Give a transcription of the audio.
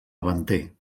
davanter